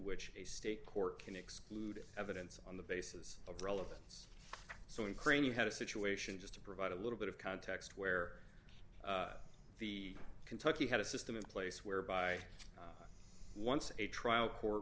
which a state court can exclude evidence on the basis of relevance so in crane you had a situation just to provide a little bit of context where the kentucky had a system in place whereby once a trial court